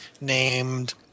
named